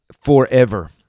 forever